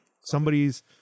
somebody's